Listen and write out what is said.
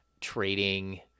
trading